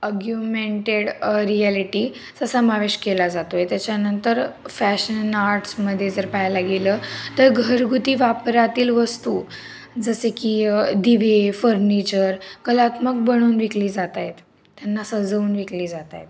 augmented reality चा समावेश केला जातो आहे त्याच्यानंतर फॅशन आर्ट्समध्ये जर पाहायला गेलं तर घरगुती वापरातील वस्तू जसे की दिवे फर्निचर कलात्मक बनवून विकली जात आहेत त्यांना सजवून विकली जात आहेत